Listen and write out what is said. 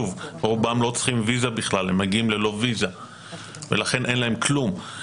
רובם לא צריכים ויזה בכלל, ולכן אין להם כלום.